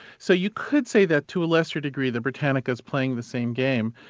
so you could say that to a lesser degree the britannica's playing the same game.